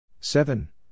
Seven